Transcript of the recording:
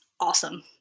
awesome